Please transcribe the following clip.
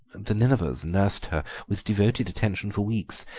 the ninevehs nursed her with devoted attention for weeks,